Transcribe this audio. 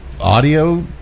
audio